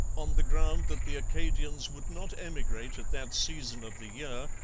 on the ground that the acadians would not emigrate at that season of the year,